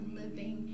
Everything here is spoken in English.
living